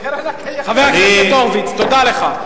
חבר הכנסת הורוביץ, תודה לך.